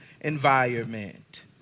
environment